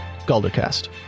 Galdercast